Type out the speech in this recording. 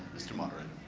mr. moderator.